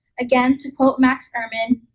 again, to quote max ehrmann,